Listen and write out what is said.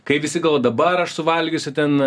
kai visi galvoja dabar aš suvalgysiu ten